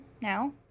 now